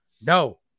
No